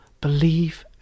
Believe